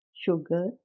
sugar